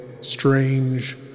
Strange